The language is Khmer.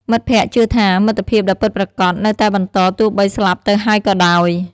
មិត្តភក្តិជឿថា មិត្តភាពដ៏ពិតប្រាកដនៅតែបន្តទោះបីស្លាប់ទៅហើយក៏ដោយ។